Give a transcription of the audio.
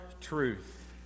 truth